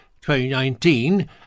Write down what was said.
2019